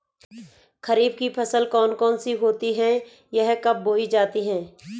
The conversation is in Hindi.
खरीफ की फसल कौन कौन सी होती हैं यह कब बोई जाती हैं?